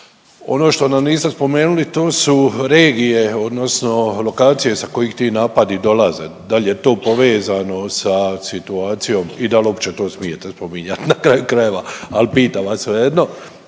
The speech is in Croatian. Ono što nam niste spomenuli to su regije odnosno lokacije sa kojih ti napadi dolaze. Dal je to povezano sa situacijom i dal to uopće smijete spominjat na kraju krajeva? Al pitam vas svejedno,